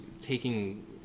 taking